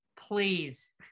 please